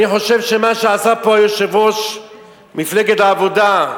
אני חושב שמה שעשה פה יושב-ראש מפלגת העבודה,